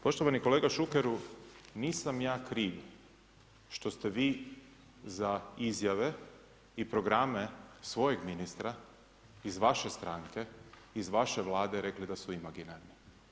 Poštovani kolega Šukeru, nisam ja kriv što ste vi za izjave i programe svojih ministra, iz vaše stranke, iz vaše Vlade, rekli da su imaginarni.